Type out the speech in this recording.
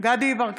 דסטה גדי יברקן,